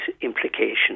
implications